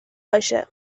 باشه